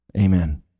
Amen